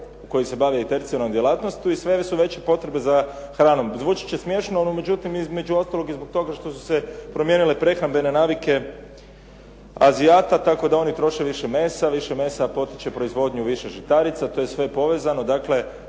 se ne razumije./… djelatnošću i sve su veće potrebe za hranom. Zvučat će smiješno, no između ostalog i zbog toga što su se promijenile prehrambene navike azijata tako da oni troše više mesa, više mesa potiče proizvodnju više žitarica, to je sve povezano. Dakle,